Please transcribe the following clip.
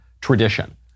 tradition